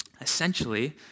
essentially